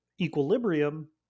equilibrium